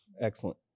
excellent